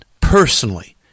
personally